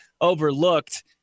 overlooked